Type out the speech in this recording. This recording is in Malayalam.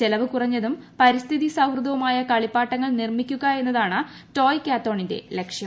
ചെലവുകുറഞ്ഞതും പരിസ്ഥിതി സൌഹൃദവും ആയ കളിപ്പാട്ടങ്ങൾ നിർമ്മിക്കുക എന്നതാണ് ടോയ്കത്തോണിന്റെ ലക്ഷ്യാം